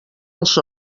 els